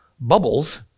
bubbles